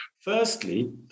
Firstly